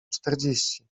czterdzieści